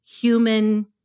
human